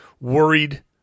worried